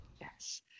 Yes